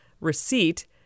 receipt